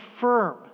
firm